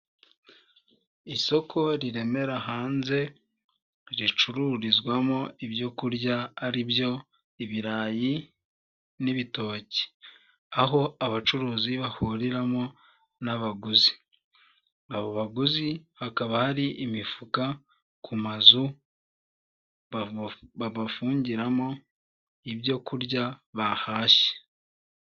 Isoko riremera hanze ricururizwamo ibyokurya ari byo, ibirayi n'ibitoki, aho abacuruzi bahuriramo n'abaguzi, abo baguzi hakaba hari imifuka ku mazu babafungiramo ibyo kurya bahashye.